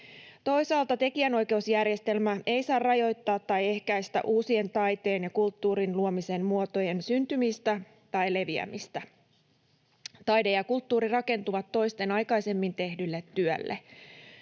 Toisaalta tekijänoikeusjärjestelmä ei saa rajoittaa tai ehkäistä uusien taiteen ja kulttuurin luomisen muotojen syntymistä tai leviämistä. Taide ja kulttuuri rakentuvat toisten aikaisemmin tehdylle työlle.